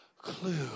clue